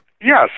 Yes